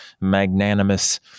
magnanimous